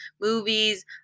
movies